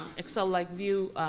excel-like view,